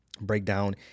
Breakdown